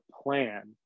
plan